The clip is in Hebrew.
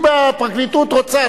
אם הפרקליטות רוצה,